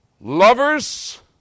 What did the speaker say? Lovers